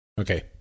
Okay